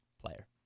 player